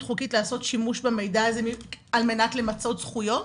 חוקית לעשות שימוש במידע הזה על מנת למצות זכויות?